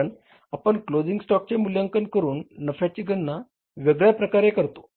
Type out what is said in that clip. कारण आपण क्लोजिंग स्टॉकचे मूल्यांकन करून नफ्याची गणना वेगळ्या प्रकारे करतो